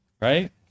Right